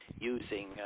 using